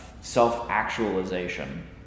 self-actualization